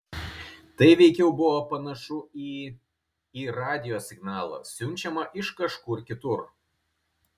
tai veikiau buvo panašu į į radijo signalą siunčiamą iš kažkur kitur